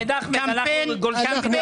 אנחנו גולשים.